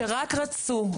שרק רצו,